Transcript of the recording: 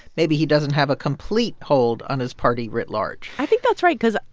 maybe he doesn't have a complete hold on his party writ large i think that's right because,